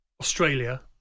Australia